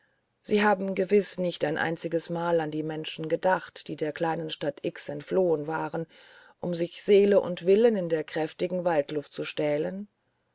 sie haben gewiß nicht ein einziges mal an die menschen gedacht die der kleinen stadt x entflohen waren um sich seele und willen in der kräftigen waldluft zu stählen